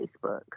Facebook